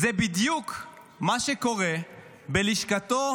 זה בדיוק מה שקורה בלשכתו